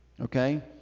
Okay